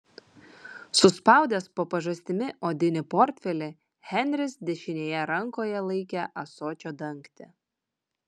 suspaudęs po pažastimi odinį portfelį henris dešinėje rankoje laikė ąsočio dangtį